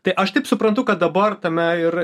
tai aš taip suprantu kad dabar tame ir